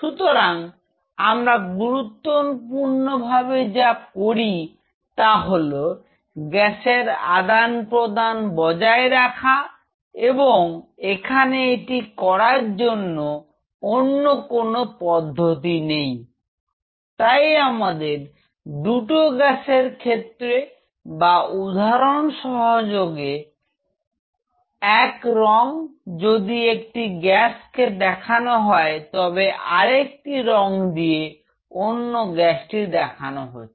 সুতরাং আমরা গুরুত্বপূর্ণভাবে যা করি তা হলো গ্যাসের আদান প্রদান বজায় রাখা হয় এবং এখানে এটি করার জন্য অন্য কোন পদ্ধতি নেই তাই আমাদের দুটো গ্যাসের ক্ষেত্রে বা উদাহরণ সহযোগে এক রং যদি একটি গ্যাস কে দেখানো হয় তবে আরেকটি রং দিয়ে অন্য গ্যাসটি দেখানো হচ্ছে